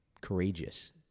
courageous